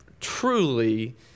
truly